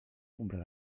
comprar